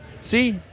See